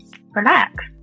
relax